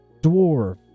dwarf